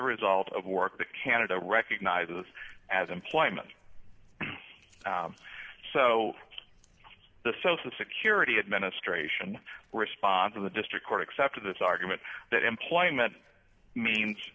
a result of work that canada recognizes as employment so the social security administration response of the district court accepted this argument that employment means